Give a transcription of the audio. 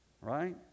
Right